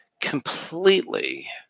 completely